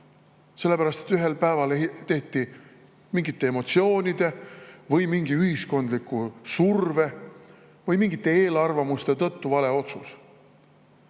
sellepärast et ühel päeval tegid nad mingite emotsioonide või mingi ühiskondliku surve või mingite eelarvamuste tõttu vale otsuse.